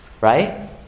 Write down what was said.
right